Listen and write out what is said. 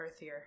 earthier